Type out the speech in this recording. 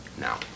Now